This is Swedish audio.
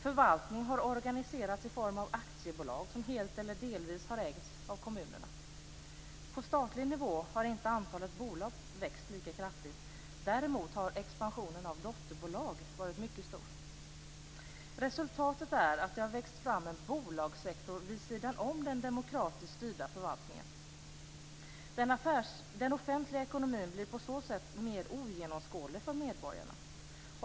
Förvaltning har organiserats i form av aktiebolag som helt eller delvis har ägts av kommunerna. På statlig nivå har inte antalet bolag växt lika kraftigt. Däremot har expansionen av dotterbolag varit mycket stor. Resultatet är att det har växt fram en bolagssektor vid sidan om den demokratiskt styrda förvaltningen. Den offentliga ekonomin blir på så sätt mer ogenomskådlig för medborgarna.